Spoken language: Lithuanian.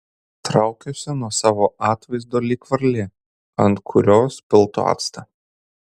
traukiuosi nuo savo atvaizdo lyg varlė ant kurios piltų actą